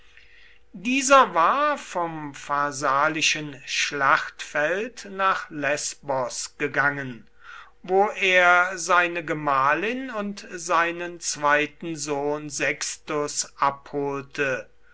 dieser war vom pharsalischen schlachtfeld nach lesbos gegangen wo er seine gemahlin und seinen zweiten sohn sextus abholte